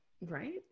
Right